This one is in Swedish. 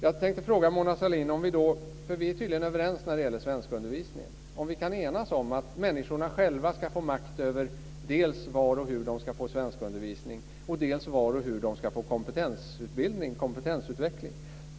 Jag tänkte fråga Mona Sahlin om - vi är tydligen överens när det gäller svenskundervisningen - vi kan enas om att människorna själva ska få makt dels var och hur de ska få svenskundervisning, dels var och hur de ska få kompetensutveckling.